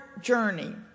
journey